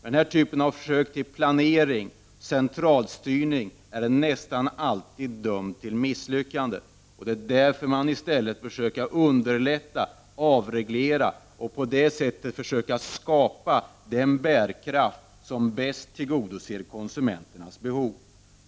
Den här typen av försök till planering och centralstyrning är nästan alltid dömd till misslyckande. Det är därför som man i stället bör försöka underlätta och avreglera, och på det sättet försöka skapa den bärkraft genom vilken man bäst tillgodoser konsumenternas behov.